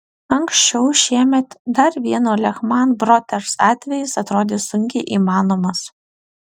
anksčiau šiemet dar vieno lehman brothers atvejis atrodė sunkiai įmanomas